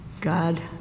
God